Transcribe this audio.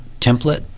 template